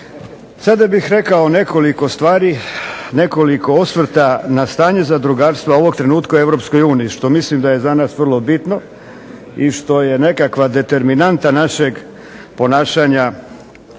Sada bih rekao nekoliko stvari, nekoliko osvrta na stanje zadrugarstva ovog trenutka u Europskoj uniji što mislim da je za nas vrlo bitno i što je nekakva determinanta našeg ponašanja u